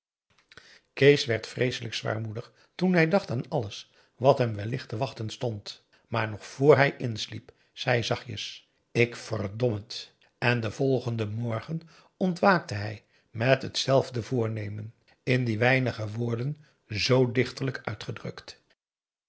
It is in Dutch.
kees werd vreeselijk zwaarmoedig toen hij dacht aan alles wat hem wellicht te wachten stond maar nog vr hij insliep zei hij zachtjes ik verdom het en den volgenden morgen ontwaakte hij met hetzelfde voornemen in die weinige woorden zoo dichterlijk uitgedrukt